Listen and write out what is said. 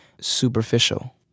superficial